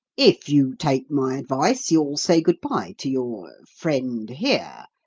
if you take my advice, you'll say good-bye to your friend here,